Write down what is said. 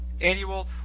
annual